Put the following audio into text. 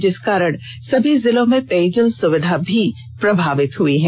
जिस कारण सभी जिलों में पेयजल सुविधा भी प्रभावित हुई है